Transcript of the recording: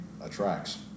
attracts